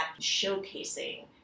showcasing